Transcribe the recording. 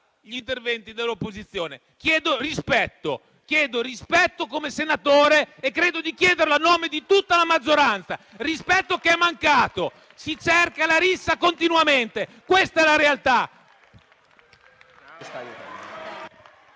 gli interventi dell'opposizione. Chiedo rispetto come senatore e credo di chiederlo a nome di tutta la maggioranza; il rispetto è mancato; si cerca la rissa continuamente, questa è la realtà.